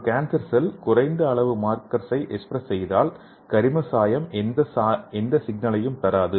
ஒரு cancer cell குறைந்த அளவு மார்க்கர்சை எக்ஸ்பிரஸ் செய்தால் கரிம சாயம் எந்த சிக்னலையும் தராது